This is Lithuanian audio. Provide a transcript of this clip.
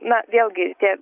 na vėlgi tie